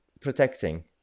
protecting